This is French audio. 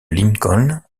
lincoln